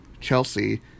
Chelsea